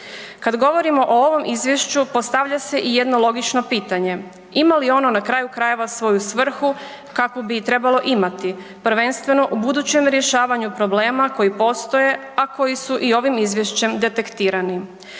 Kad govorimo o ovom izvješću postavlja se i jedno logično pitanje, ima li ono na kraju krajeva svoju svrhu kakvu bi trebalo imati, prvenstveno u budućem rješavanju problema koji postoje, a koji su i ovim izvješćem detektirani.